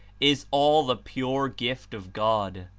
is all the pure gift of god.